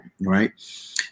Right